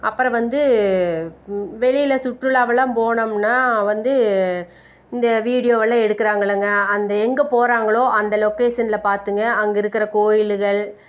அப்புறம் வந்து வெளியில் சுற்றுலாவெல்லாம் போனோம்னா வந்து இந்த வீடியோவெல்லாம் எடுக்கிறாங்க இல்லைங்க அந்த எங்கே போகிறாங்களோ அந்த லொகேசனில் பார்த்துங்க அங்கே இருக்கிற கோயில்கள்